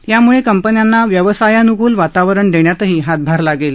याम्ळं कंपन्यांना व्यवसायान्कूल वातावरण देण्यातही हातभार लागेल